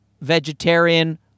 vegetarian